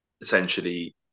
essentially